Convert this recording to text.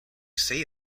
say